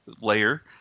layer